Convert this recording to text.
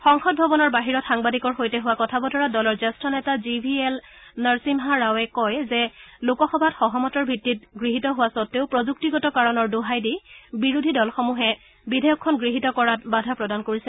সংসদ ভৱনৰ বাহিৰত সাংবাদিকৰ সৈতে হোৱা কথা বতৰাত দলৰ জ্যেষ্ঠ নেতা জি ভি এল নৰচিমহা ৰাৱে কয় যে লোকসভাত সহমতৰ ভিত্তিত গৃহীত হোৱা স্বদ্বেও প্ৰযুক্তিগত কাৰণৰ দোহাই দি বিৰোধী দলসমূহে বিধেয়কখন গৃহীত কৰাত বাধা প্ৰদান কৰিছে